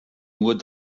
nur